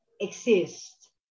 exist